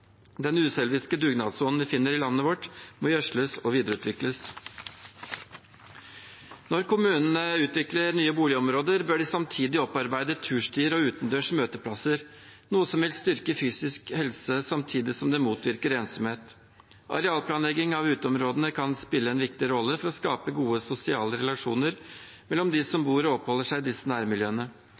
Den uselviske dugnadsånden du finner i landet vårt, må gjødsles og videreutvikles. Når kommunene utvikler nye boligområder, bør de samtidig opparbeide turstier og utendørs møteplasser, noe som vil styrke fysisk helse, samtidig som det motvirker ensomhet. Arealplanlegging av uteområdene kan spille en viktig rolle for å skape gode sosiale relasjoner mellom dem som bor og oppholder seg i disse nærmiljøene.